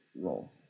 role